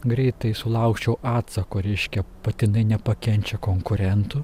greitai sulaukčiau atsako reiškia patinai nepakenčia konkurentų